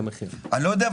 אני לא יודע,